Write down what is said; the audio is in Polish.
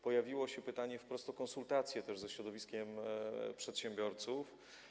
Pojawiło się też pytanie wprost o konsultacje ze środowiskiem przedsiębiorców.